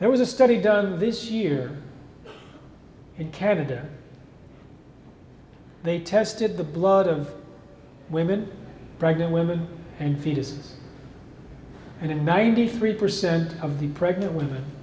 there was a study done this year in canada they tested the blood of women pregnant women and fetuses and in ninety three percent of the pregnant women